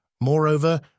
Moreover